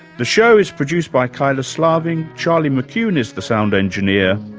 the show is produced by kyla slaven, charlie mccune is the sound engineer,